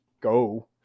go